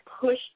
push